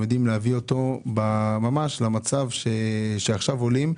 יודעים להביא אותו ממש למצב שעכשיו עולים,